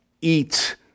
eat